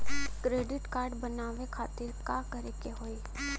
Credit card बनवावे खातिर का करे के होई?